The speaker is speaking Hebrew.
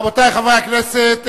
רבותי חברי הכנסת,